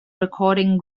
recording